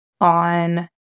on